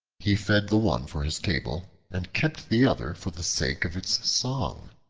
he fed the one for his table and kept the other for the sake of its song.